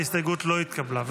ההסתייגות לא התקבלה.